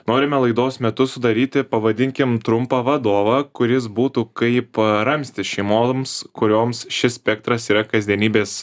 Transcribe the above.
norime laidos metu sudaryti pavadinkim trumpą vadovą kuris būtų kaip ramstis šeimoms kurioms šis spektras yra kasdienybės